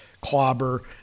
clobber